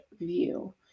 view